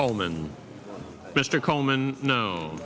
coleman mr coleman no